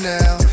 now